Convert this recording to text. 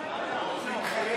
מתחייב